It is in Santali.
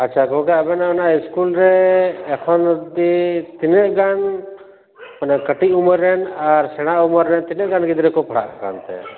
ᱟᱪᱪᱷᱟ ᱜᱚᱢᱠᱮ ᱟᱵᱮᱱᱟᱜ ᱚᱱᱟ ᱤᱥᱠᱩᱞ ᱨᱮ ᱮᱠᱷᱚᱱ ᱚᱵᱽᱫᱤ ᱛᱤᱱᱟᱹᱜ ᱜᱟᱱ ᱢᱟᱱᱮ ᱠᱟᱹᱴᱤᱡ ᱩᱢᱮᱨ ᱨᱮᱱ ᱟᱨ ᱥᱮᱬᱟ ᱩᱢᱮᱨ ᱨᱮᱱ ᱛᱤᱱᱟᱹᱜ ᱜᱟᱱ ᱜᱤᱫᱽᱨᱟᱹ ᱠᱚ ᱯᱟᱲᱦᱟᱜ ᱠᱟᱱ ᱛᱮ